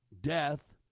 death